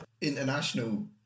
International